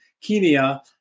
Kenya